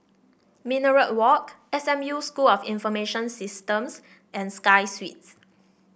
Minaret Walk S M U School of Information Systems and Sky Suites